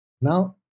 Now